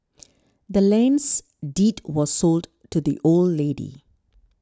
the land's deed was sold to the old lady